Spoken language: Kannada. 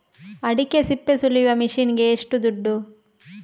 ಅಡಿಕೆ ಸಿಪ್ಪೆ ಸುಲಿಯುವ ಮಷೀನ್ ಗೆ ಏಷ್ಟು ದುಡ್ಡು?